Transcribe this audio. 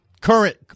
Current